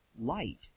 light